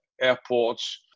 airports